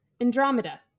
Andromeda